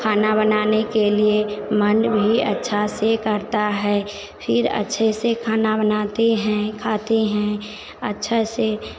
खाना बनाने के लिए मन भी अच्छा से करता है फिर अच्छे से खाना बनाते है खाते है अच्छे से